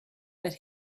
that